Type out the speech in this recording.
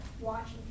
watching